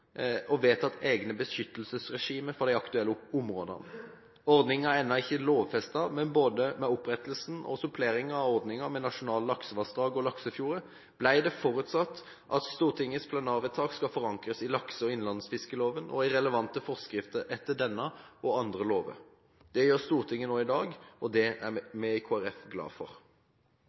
og det er vedtatt egne beskyttelsesregimer for de aktuelle områdene. Ordningen er ennå ikke lovfestet, men både ved opprettelsen og suppleringen av ordningen med nasjonale laksevassdrag og laksefjorder ble det forutsatt at Stortingets plenarvedtak skal forankres i lakse- og innlandsfiskloven og i relevante forskrifter etter denne og andre lover. Det gjør Stortinget nå i dag, og det er vi i Kristelig Folkeparti glade for.